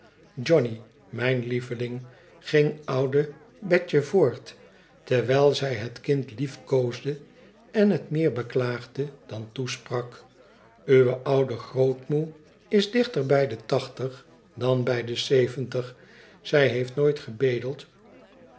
ijohnny mijn lieveling ging oude betje voort terwijl zij het kind liefkoosde en het meer beklaagde dan toesprak i uwe oude grootmoe is dichter bij de tachtig dan bij de zeventig zij heeft nooit gebedeld